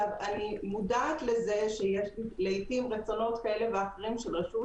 אני מודעת לכך שיש לעיתים רצונות של רשות.